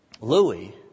Louis